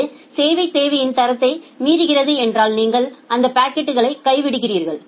இது சேவைத் தேவையின் தரத்தை மீறுகிறது என்றால் நீங்கள் அந்த பாக்கெட்களை கைவிடுகிறீர்கள்